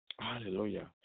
Hallelujah